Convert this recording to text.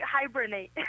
hibernate